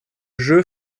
jeu